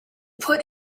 put